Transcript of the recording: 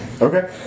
Okay